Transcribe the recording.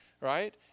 right